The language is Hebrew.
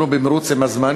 אנחנו במירוץ נגד הזמן,